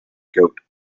goat